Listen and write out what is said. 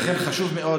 לכן חשוב מאוד,